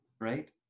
right